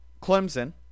Clemson